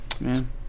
Man